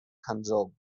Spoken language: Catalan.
hangzhou